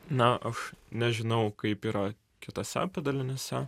na aš nežinau kaip yra kituose padaliniuose